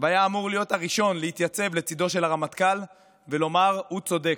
והיה אמור להיות הראשון להתייצב לצידו של הרמטכ"ל ולומר: הוא צודק.